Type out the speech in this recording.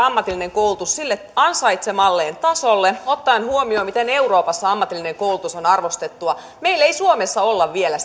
ammatillinen koulutus sille ansaitsemalleen tasolle ottaen huomioon miten euroopassa ammatillinen koulutus on arvostettua meillä ei suomessa olla vielä